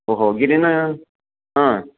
ओहो गिरिनगरं हा